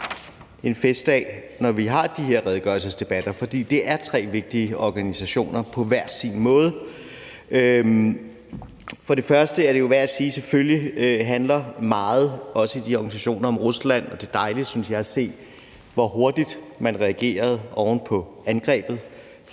en festdag, når vi har de her redegørelsesdebatter, fordi det er tre vigtige organisationer på hver deres måde. For det første er det jo værd at sige, at selvfølgelig handler meget, også i de her organisationer, om Rusland, og det er dejligt at se, synes jeg, hvor hurtigt man fra alle de organisationers